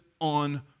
on